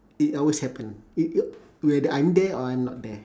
it always happen i~ whether I'm there or I'm not there